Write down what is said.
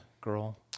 girl